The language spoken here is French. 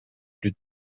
plus